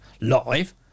Live